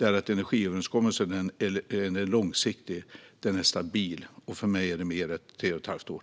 att energiöverenskommelsen är långsiktig och stabil. För mig betyder det mer än tre och ett halvt år.